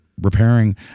Repairing